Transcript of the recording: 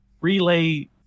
relay